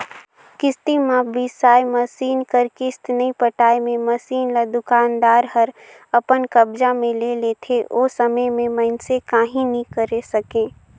किस्ती म बिसाए मसीन कर किस्त नइ पटाए मे मसीन ल दुकानदार हर अपन कब्जा मे ले लेथे ओ समे में मइनसे काहीं नी करे सकें